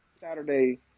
Saturday